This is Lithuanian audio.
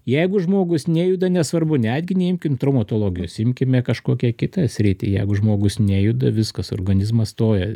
jeigu žmogus nejuda nesvarbu netgi neimkim traumatologijos imkime kažkokią kitą sritį jeigu žmogus nejuda viskas organizmas stoja